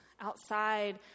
outside